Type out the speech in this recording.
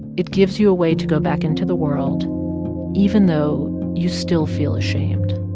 it gives you a way to go back into the world even though you still feel ashamed